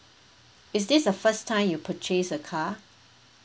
is this the first time you purchase a car